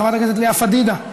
חברת הכנסת לאה פדידה,